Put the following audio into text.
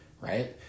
right